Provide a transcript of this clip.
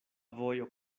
vojo